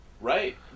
Right